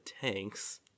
tanks